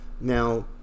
now